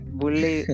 bully